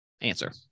answer